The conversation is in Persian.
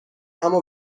اما